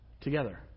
together